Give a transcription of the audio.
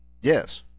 Yes